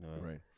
Right